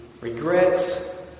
regrets